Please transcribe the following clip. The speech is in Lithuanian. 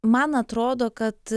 man atrodo kad